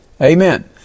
Amen